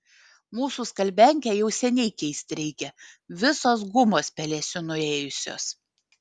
mūsų skalbiankę jau seniai keist reikia visos gumos pelėsiu nuėjusios